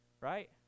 Right